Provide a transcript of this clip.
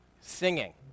singing